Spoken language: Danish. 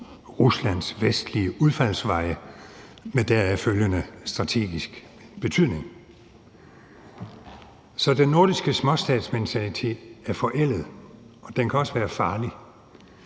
Ruslands vestlige udfaldsveje med deraf følgende strategisk betydning. Så den nordiske småstatsmentalitet er forældet, og den kan også være farlig.